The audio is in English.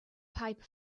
pipe